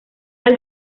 del